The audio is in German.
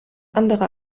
andere